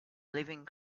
living